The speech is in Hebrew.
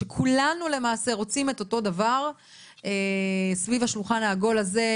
שכולנו למעשה רוצים את אותו דבר סביב השולחן העגול הזה,